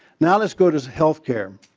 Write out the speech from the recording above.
now let's go to healthcare.